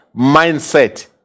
mindset